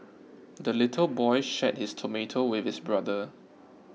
the little boy shared his tomato with his brother